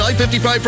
I-55